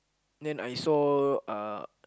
then I saw uh